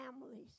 families